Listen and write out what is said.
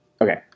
Okay